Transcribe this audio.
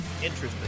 Interesting